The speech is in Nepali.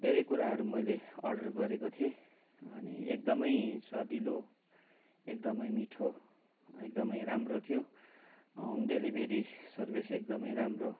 धेरै कुराहरू मैले अर्डर गरेको थिएँ अनि एकदमै स्वादिलो एकदमै मिठो एकदमै राम्रो थियो होम डेलिभरी सर्भिस एकदमै राम्रो